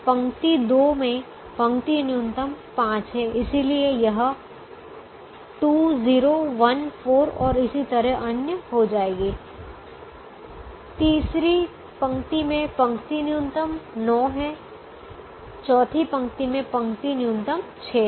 पंक्ति दो में पंक्ति न्यूनतम 5 है इसलिए यह 2 0 1 4 और इसी तरह अन्य हो जाएगी तीसरी पंक्ति में पंक्ति न्यूनतम 9 है चौथी पंक्ति में पंक्ति न्यूनतम 6 है